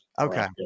Okay